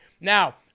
Now